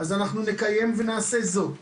אז אנחנו נקיים ונעשה זאת.